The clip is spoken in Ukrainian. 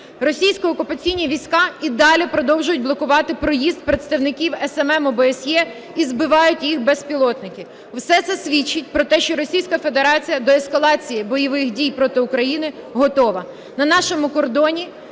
Російські окупаційні війська і далі продовжують блокувати проїзд представників СММ ОБСЄ, і збивають їх безпілотники. Все це свідчить про те, що Російська Федерація до ескалації бойових дій проти України готова.